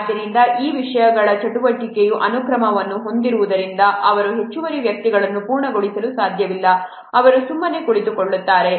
ಆದ್ದರಿಂದ ಈ ವಿಷಯಗಳ ಚಟುವಟಿಕೆಯು ಅನುಕ್ರಮವನ್ನು ಹೊಂದಿರುವುದರಿಂದ ಅವರು ಹೆಚ್ಚುವರಿ ವ್ಯಕ್ತಿಗಳನ್ನು ಪೂರ್ಣಗೊಳಿಸಲು ಸಾಧ್ಯವಿಲ್ಲ ಅವರು ಸುಮ್ಮನೆ ಕುಳಿತುಕೊಳ್ಳುತ್ತಾರೆ